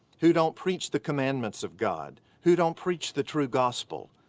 who don't preach the commandments of god. who don't preach the true gospel.